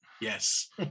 yes